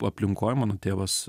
aplinkoj mano tėvas